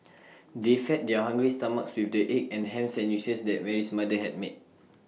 they fed their hungry stomachs with the egg and Ham Sandwiches that Mary's mother had made